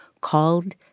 called